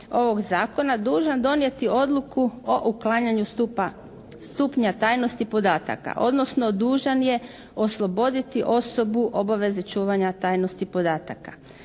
ovog zakona, dužna donijeti odluku o uklanjanju stupnja tajnosti podataka, odnosno dužan je osloboditi osobu obaveze čuvanja tajnosti podataka.